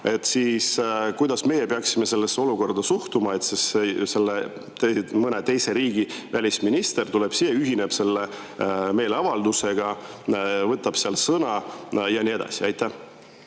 seal]? Kuidas me peaksime sellesse olukorda suhtuma, et mõne teise riigi välisminister tuleb siia, ühineb meeleavaldusega, võtab seal sõna ja nii edasi? Aitäh!